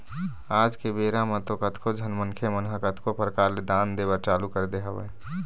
आज के बेरा म तो कतको झन मनखे मन ह कतको परकार ले दान दे बर चालू कर दे हवय